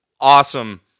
awesome